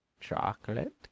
Chocolate